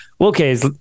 okay